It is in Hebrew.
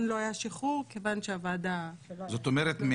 לא היה שחרור כיוון שהוועדה --- זאת אומרת,